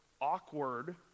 awkward